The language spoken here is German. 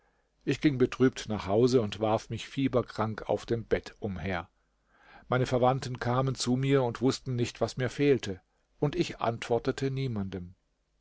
ich ging betrübt nach hause und warf mich fieberkrank auf dem bett umher meine verwandten kamen zu mir und wußten nicht was mir fehlte und ich antwortete niemanden